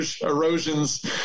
erosions